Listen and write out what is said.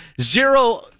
zero